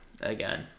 Again